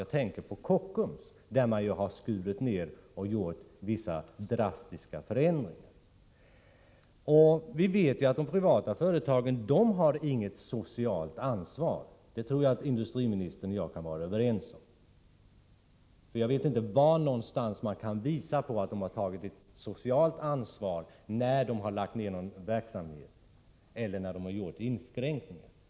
Jag tänker på Kockums, där man har skurit ner och gjort vissa drastiska förändringar. Att de privata företagen inte har något socialt ansvar tror jag industriministern och jag kan vara överens om. Jag vet inte var någonstans man skulle kunna visa på att de har tagit ett socialt ansvar när de har lagt ner en verksamhet eller gjort inskränkningar.